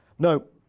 now